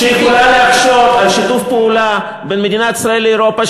שיכולה להקשות על שיתוף הפעולה בין מדינת ישראל לאירופה,